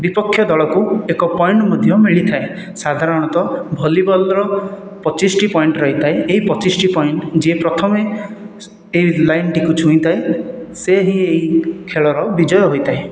ବିପକ୍ଷ ଦଳକୁ ଏକ ପଏଣ୍ଟ ମଧ୍ୟ ମିଳିଥାଏ ସାଧାରଣତଃ ଭଲିବଲ୍ର ପଚିଶଟି ପଏଣ୍ଟ ରହିଥାଏ ଏହି ପଚିଶଟି ପଏଣ୍ଟ ଯେ ପ୍ରଥମେ ଏ ଲାଇନ ଟିକୁ ଛୁଇଁଥାଏ ସେ ହିଁ ଏହି ଖେଳର ବିଜୟ ହୋଇଥାଏ